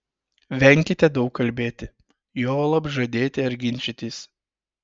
venkite daug kalbėti juolab žadėti ar ginčytis